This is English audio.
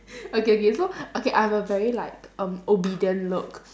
okay okay so okay I have like a very um obedient look